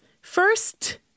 First